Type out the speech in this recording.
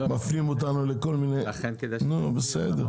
מפנים אותנו לכל מיני -- לכן כדאי שיסבירו את המהות.